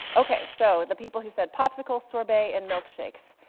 ok, so the people who said popsicle, sorbet, and milkshakes.